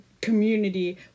community